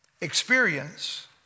Experience